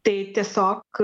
tai tiesiog